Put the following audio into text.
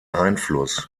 einfluss